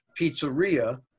pizzeria